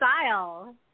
style